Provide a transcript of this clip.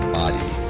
body